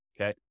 okay